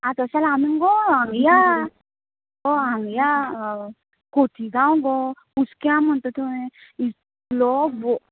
आं तश जाल्या आमी मगो हांगा या हो हांग या खोतीगांव गों कुसक्या म्हटा थंय इतलों बरो